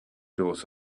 doors